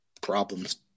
problems